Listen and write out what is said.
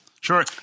Sure